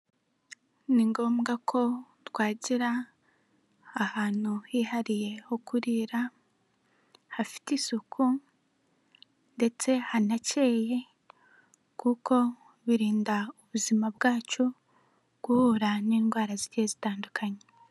Ni ngombwa ko twagira ahantu hihariye ho kurira, hafite isuku ndetse hanakeye, kuko birinda ubuzima bwacu guhura n'indwara zigiye zitandukanye.